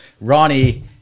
Ronnie